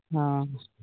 ᱚ